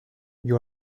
you